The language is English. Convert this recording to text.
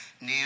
now